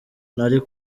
nari